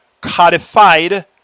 codified